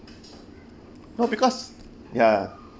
no because ya